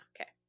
okay